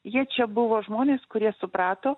jie čia buvo žmonės kurie suprato